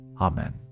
Amen